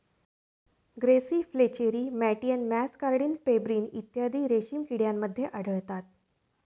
grasserie flacherie मॅटियन muscardine pebrine इत्यादी रेशीम किड्यांमध्ये आढळतात